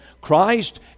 Christ